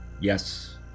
Yes